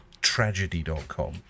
tragedy.com